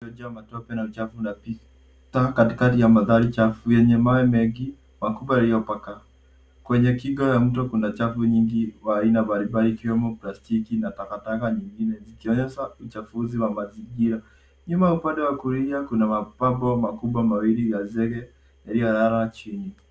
Steji ya matope na uchafu na pipa. Taa katikati ya mandhari chafu yenye mawe mengi makubwa yaliyopaka. Kwenye kingo ya mto kuna chafu nyingi za aina mbalimbali ikiwemo plastiki na takataka nyingine zikionyesha uchafuzi wa mazingira. Nyuma upande wa kulia kuna mapambo makubwa mawili ya zege yaliyolala chini.